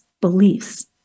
beliefs